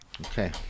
Okay